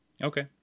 Okay